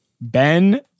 Ben